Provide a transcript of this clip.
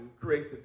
creates